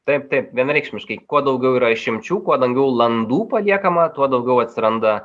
taip taip vienareikšmiškai kuo daugiau yra išimčių kuo daugiau landų paliekama tuo daugiau atsiranda